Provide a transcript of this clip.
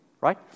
right